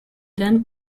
then